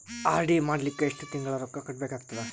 RD ಮಾಡಲಿಕ್ಕ ಎಷ್ಟು ತಿಂಗಳ ರೊಕ್ಕ ಕಟ್ಟಬೇಕಾಗತದ?